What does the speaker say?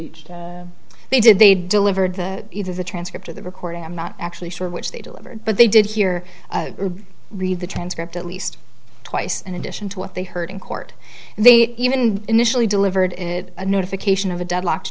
were they did they delivered the either the transcript or the recording i'm not actually sure which they delivered but they did hear or read the transcript at least twice and addition to what they heard in court they even initially delivered in a notification of a deadlocked